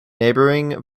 neighboring